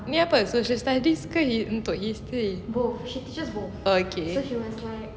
ya but she's like oh okay